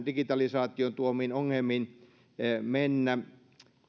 digitalisaation tuomiin ongelmiin